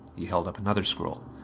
he held up another scroll.